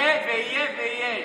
יהיה ויהיה ויהיה.